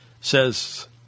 says